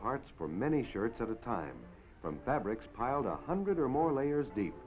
parts for many shirts at a time from fabrics piled one hundred or more layers